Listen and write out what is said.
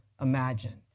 imagined